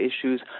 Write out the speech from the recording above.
issues